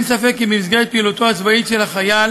אין ספק כי במסגרת פעילותו הצבאית של החייל